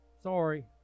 Sorry